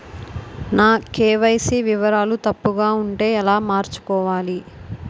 నా కే.వై.సీ వివరాలు తప్పుగా ఉంటే ఎలా మార్చుకోవాలి?